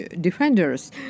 defenders